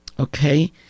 Okay